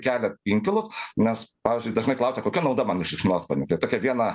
kelia inkilus nes pavyzdžiui dažnai klausia kokia nauda man iš šikšnosparnių tai tokia viena